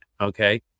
Okay